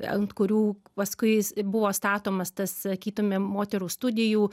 ant kurių paskui jis buvo statomas tas sakytume moterų studijų